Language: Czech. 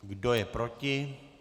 Kdo je proti?